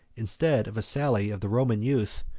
instead of a sally of the roman youth,